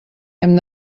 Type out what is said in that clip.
hem